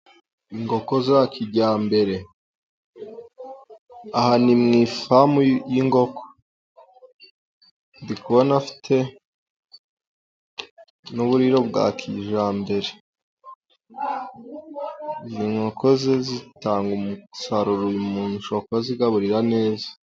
Inkoko za kijyambere aha ni mu ifamu y'inkoko, ndi kubona afite n'uburiro bwa kijyambere. Inkoko zitanga umusaruro, uyu muntu ashobora kuba azigaburira neza.